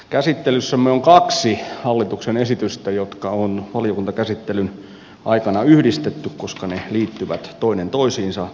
käsittelyssämme on kaksi hallituksen esitystä jotka on valiokuntakäsittelyn aikana yhdistetty koska ne liittyvät toinen toisiinsa